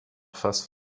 faces